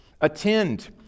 attend